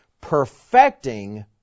perfecting